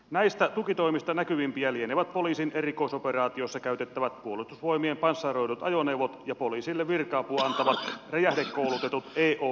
näistä tukitoimista näkyvimpiä lienevät poliisin erikoisoperaatioissa käytettävät puolustusvoimien panssaroidut ajoneuvot ja poliisille virka apua antavat räjähdekoulutetut eod raivaajat